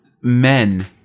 men